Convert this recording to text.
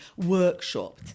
workshopped